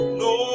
no